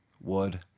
Wood